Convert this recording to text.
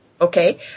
Okay